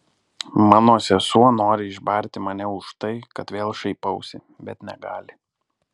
mano sesuo nori išbarti mane už tai kad vėl šaipausi bet negali